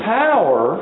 power